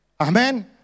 Amen